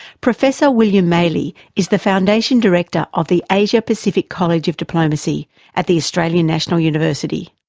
professor william maley is the foundation director of the asia-pacific college of diplomacy at the australian national university.